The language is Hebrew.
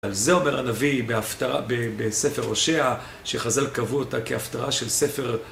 על זה אומר הנביא בהפטרה, בספר בהושע, שחז"ל קבעו אותה כהפטרה של ספר